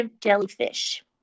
jellyfish